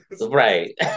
right